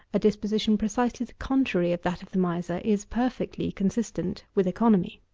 a disposition precisely the contrary of that of the miser, is perfectly consistent with economy.